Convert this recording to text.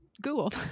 Google